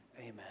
amen